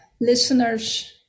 listeners